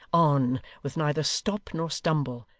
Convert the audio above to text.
on, with neither stop nor stumble,